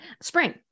Spring